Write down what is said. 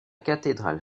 cathédrale